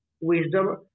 wisdom